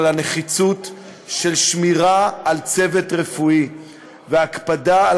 את הנחיצות של שמירה על הצוות הרפואי והקפדה על